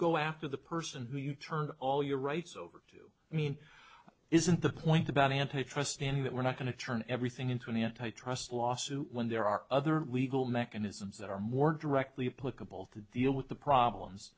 go after the person who you turn all your rights over to i mean isn't the point about antitrust in that we're not going to turn everything into an antitrust lawsuit when there are other legal mechanisms that are more directly applicable to deal with the problems